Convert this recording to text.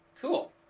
Cool